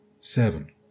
Seven